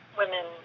women